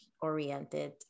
oriented